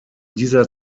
dieser